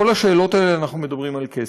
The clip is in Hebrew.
בכל השאלות האלה אנחנו מדברים על כסף.